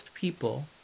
people